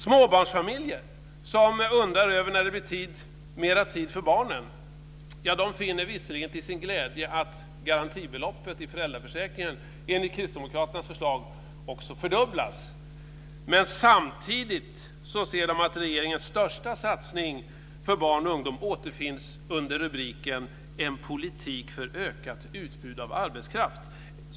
Småbarnsfamiljer som undrar över när det blir mer tid för barnen finner visserligen till sin glädje att garantibeloppet i föräldraförsäkringen enligt kristdemokraternas förslag fördubblas. Men samtidigt ser de att regeringens största satsning för barn och ungdom återfinns under rubriken "En politik för ökat utbud av arbetskraft".